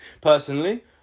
Personally